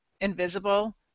invisible